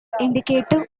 indicative